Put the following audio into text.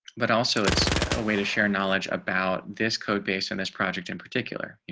but also it's a way to share knowledge about this code based on this project, in particular, you